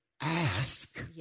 ask